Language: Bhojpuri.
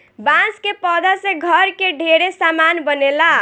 बांस के पौधा से घर के ढेरे सामान बनेला